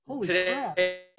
today